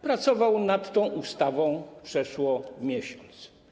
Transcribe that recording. Pracował nad tą ustawą przeszło miesiąc.